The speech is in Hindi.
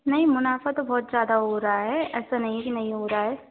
नहीं मुनाफा तो बहुत ज़्यादा हो रहा है ऐसा नहीं है कि नहीं हो रहा है